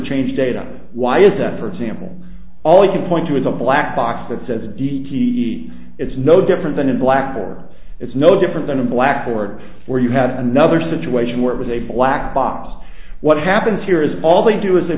change data why is that for example all you can point to is a black box that says d t e it's no different than in blackpool it's no different than a black board where you have another situation where it was a black box what happens here is all they do is